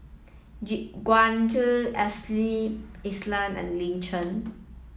Gu Juan Ashley Isham and Lin Chen